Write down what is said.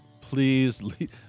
Please